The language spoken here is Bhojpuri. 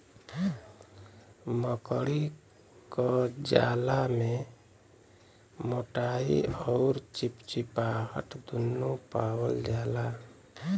मकड़ी क जाला में मोटाई अउर चिपचिपाहट दुन्नु पावल जाला